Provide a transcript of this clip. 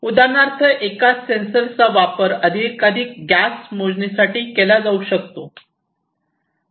उदाहरणार्थ एकाच सेन्सरचा वापर एकाधिक गॅस मोजण्यासाठी केला जाऊ शकतो